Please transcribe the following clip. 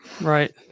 Right